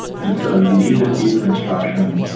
and so you need this deeper instruction.